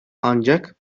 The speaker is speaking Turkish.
ancak